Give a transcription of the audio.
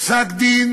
פסק-דין